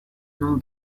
nom